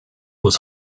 was